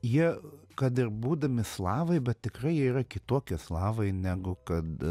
jie kad ir būdami slavai bet tikrai jie yra kitokie slavai negu kad